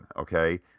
okay